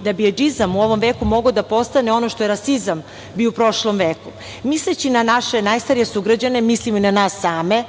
da bi ejdžizam u ovom veku mogao da postane ono što je rasizam bio u prošlom veku. Misleći na naše najstarije sugrađane, mislimo i na nas same,